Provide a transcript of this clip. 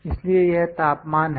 इसलिए यह तापमान है